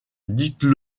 dites